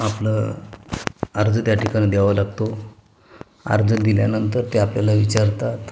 आपलं अर्ज त्या ठिकाणी द्यावा लागतो अर्ज दिल्यानंतर ते आपल्याला विचारतात